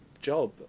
job